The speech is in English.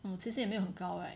mm 其实也没有很高 right